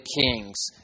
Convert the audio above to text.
kings